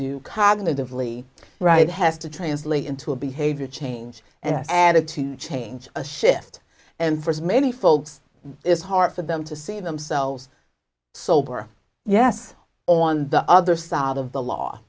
do cognitively right has to translate into a behavior change an attitude change a shift and for many folks it's hard for them to see themselves sober yes on the other side of the law